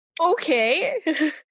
Okay